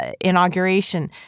inauguration